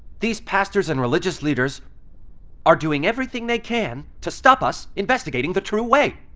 these pastors and religious leaders are doing everything they can to stop us investigating the true way.